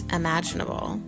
imaginable